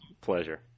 Pleasure